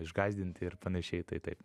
išgąsdinti ir panašiai tai taip